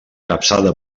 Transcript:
capçada